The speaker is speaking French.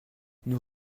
nous